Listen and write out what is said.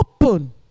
open